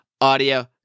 audio